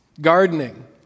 Gardening